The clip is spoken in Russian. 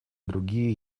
другие